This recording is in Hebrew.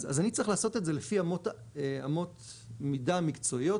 אז אני צריך לעשות את זה לפי אמות מידה מקצועיות